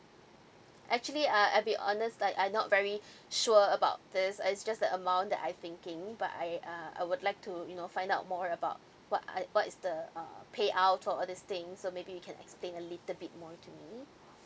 actually uh I'll be honest like I not very sure about this uh it's just the amount that I've thinking but I uh I would like to you know find out more about what are what is the uh payout for all this thing so maybe you can explain a little bit more to me